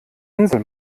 insel